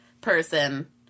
person